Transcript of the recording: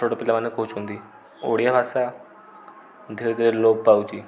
ଛୋଟ ଛୋଟ ପିଲା ମାନେ କହୁଛନ୍ତି ଓଡ଼ିଆ ଭାଷା ଧୀରେ ଧୀରେ ଲୋପ ପାଉଛି